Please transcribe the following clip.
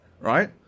right